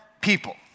people